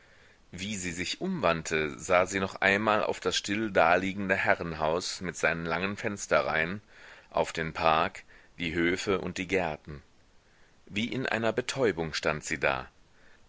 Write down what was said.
wie sie sich umwandte sah sie noch einmal auf das still daliegende herrenhaus mit seinen langen fensterreihen auf den park die höfe und die gärten wie in einer betäubung stand sie da